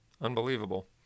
Unbelievable